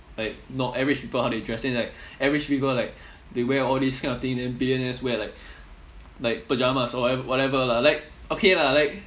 like not average people how they dress then like average people like they wear all this kind of thing then billionaires wear like like pajamas or whate~ whatever lah like okay lah like